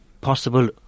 possible